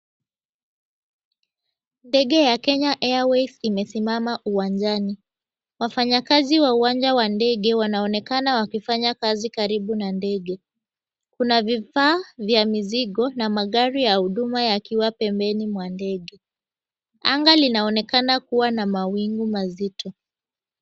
Ndege ya Kenya Airways imesimama uwanjani, wafanyakazi wa uwanja wa ndege wanaonekana wakifanya kazi karibu na ndege. Kuna vifaa vya mizigo na magari ya huduma yakiwa pembeni mwa ndege. Anga linaonekana kuwa na mawingu mazito.